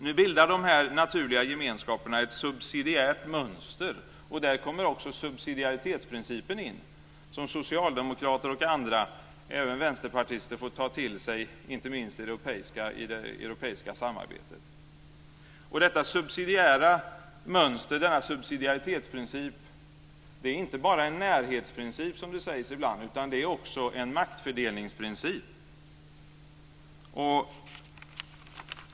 Nu bildar de naturliga gemenskaperna ett subsidiärt mönster. Där kommer också subsidiaritetsprincipen in, som socialdemokrater och andra, även vänsterpartister, får ta till sig, inte minst i det europeiska samarbetet. Denna subsidiaritetsprincip är inte bara en närhetsprincip, som det sägs ibland, utan det är också en maktfördelningsprincip.